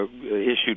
issued